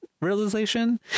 realization